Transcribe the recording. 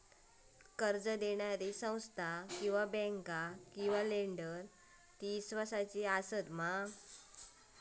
कर्ज दिणारी ही संस्था किवा बँक किवा लेंडर ती इस्वासाची आसा मा?